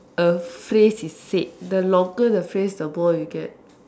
a phrase is said the longer the phrase the more you get